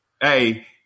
Hey